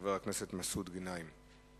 חבר הכנסת מסעוד גנאים.